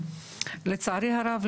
לצערי הרב,